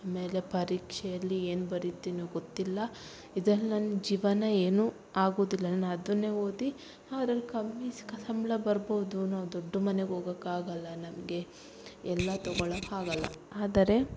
ಆಮೇಲೆ ಪರೀಕ್ಷೆಯಲ್ಲಿ ಏನು ಬರೀತೀನೋ ಗೊತ್ತಿಲ್ಲ ಇದ್ರಲ್ ನನ್ನ ಜೀವನ ಏನು ಆಗೋದಿಲ್ಲ ನಾನು ಅದನ್ನೆ ಓದಿ ಅದ್ರಲ್ಲಿ ಕಮ್ಮಿ ಕ ಸಂಬಳ ಬರ್ಬೋದು ನಾವು ದೊಡ್ಡ ಮನೆಗೆ ಹೋಗಕ್ ಆಗಲ್ಲ ನಮಗೆ ಎಲ್ಲ ತಗೊಳಕ್ಕೆ ಆಗಲ್ಲ ಆದರೆ